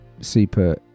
Super